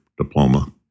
diploma